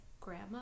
grandma